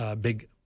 big